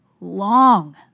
long